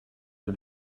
und